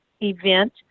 event